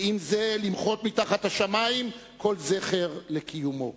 ועם זה למחות מתחת השמים כל זכר לקיומו.